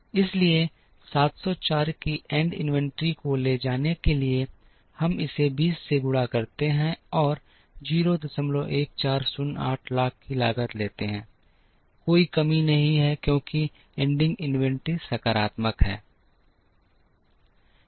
इसलिए 704 की end inventory को ले जाने के लिए हम इसे 20 से गुणा करते हैं और 01408 लाख की लागत लेते हैं कोई कमी नहीं है क्योंकि एंडिंग इन्वेंटरी सकारात्मक है